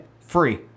free